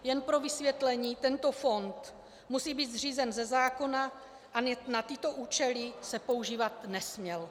Jen pro vysvětlení, tento fond musí být zřízen ze zákona a na tyto účely se používat nesměl.